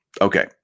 Okay